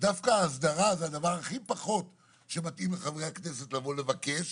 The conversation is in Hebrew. דווקא הסדרה זה הדבר הכי פחות שמתאים לחברי הכנסת לבוא לבקש